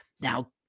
Now